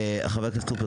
חבר הכנסת טרופר,